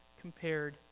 compared